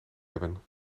hebben